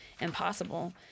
impossible